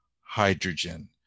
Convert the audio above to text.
Hydrogen